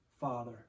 Father